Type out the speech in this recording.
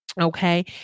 Okay